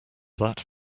that